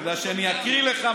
בגלל שאני אקריא לך,